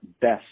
best